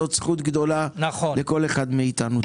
זה זכות גדולה לכל אחד מאתנו.